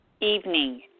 evening